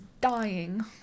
dying